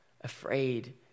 afraid